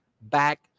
back